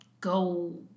Go